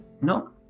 no